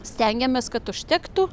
stengiamės kad užtektų